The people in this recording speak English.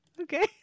Okay